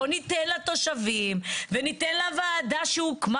בואו ניתן לתושבים וניתן לוועדה שהוקמה